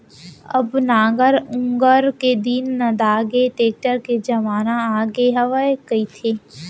अब नांगर ऊंगर के दिन नंदागे, टेक्टर के जमाना आगे हवय कहिथें